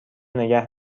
نگه